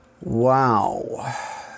Wow